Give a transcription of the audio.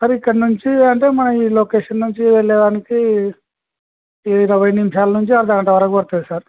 sir ఇక్కడి నుంచి అంటే మన ఈ లొకేషన్ నుంచి వెళ్ళేదానికి ఇరవై నిమిషాల నుంచి అర్దగంట వరకు పడుతుంది సార్